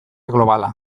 globala